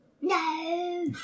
No